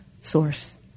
source